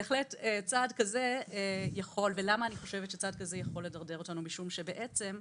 צעד כזה בהחלט יכול לדרדר אותנו, משום שיש פה